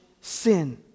sin